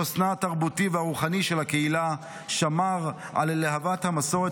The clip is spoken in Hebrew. חוסנה התרבותי והרוחני של הקהילה שמר על להבת המסורת